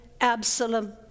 Absalom